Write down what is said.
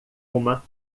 uma